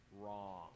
wrong